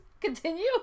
Continue